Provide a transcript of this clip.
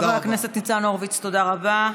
חבר הכנסת ניצן הורוביץ, תודה רבה.